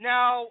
Now